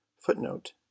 Footnote